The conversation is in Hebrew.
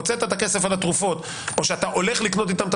הוצאת את הכסף על תרופות או שאתה הולך לקנות איתו את